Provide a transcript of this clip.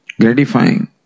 gratifying